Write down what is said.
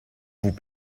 vous